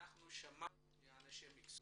אנחנו שמענו מאנשי מקצוע,